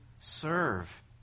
serve